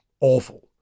awful